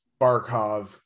Barkov